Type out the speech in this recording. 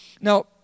Now